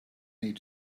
need